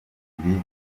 ebyiri